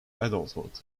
adulthood